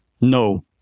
No